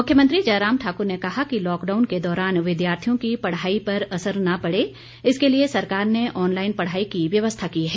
मुख्यमंत्री जयराम ठाकुर ने कहा कि लॉकडाउन के दौरान विद्यार्थियों की पढ़ाई पर असर न पड़े इसके लिए सरकार ने ऑनलाइन पढ़ाई की व्यवस्था की है